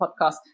podcast